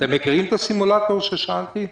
אתם מכירים את הסימולטור ששאלתי עליו?